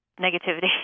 negativity